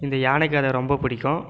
இந்த யானை கதை ரொம்ப பிடிக்கும்